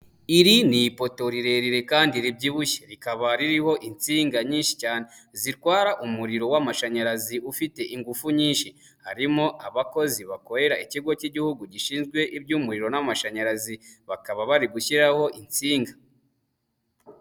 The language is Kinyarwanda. Iri ni ipoto rirerire kandi ribyibushye rikaba ririho insinga nyinshi cyane zitwara umuriro w'amashanyarazi ufite ingufu nyinshi, harimo abakozi bakorera ikigo cy'igihugu gishinzwe iby'umuriro n'amashanyarazi, bakaba bari gushyiraho insinga.